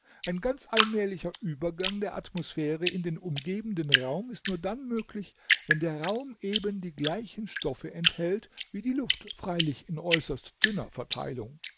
ein ganz allmählicher übergang der atmosphäre in den umgebenden raum ist nur dann möglich wenn der raum eben die gleichen stoffe enthält wie die luft freilich in äußerst dünner verteilung